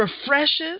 refreshes